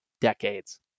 decades